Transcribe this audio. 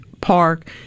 park